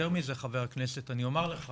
יותר מזה חבר הכנסת, אני אומר לך